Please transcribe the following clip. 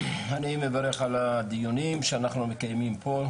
אני מברך על הדיונים שאנחנו מקיימים פה,